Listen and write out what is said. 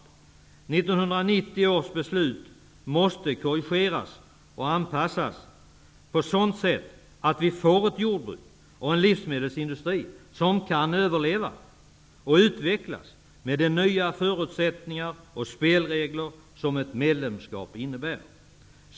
1990 års beslut måste korrigeras och anpassas på ett sådant sätt att vi får ett jordbruk och en livsmedelsindustri som kan överleva och utvecklas, med de nya förutsättningar och spelregler som ett medlemskap innebär.